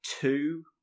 two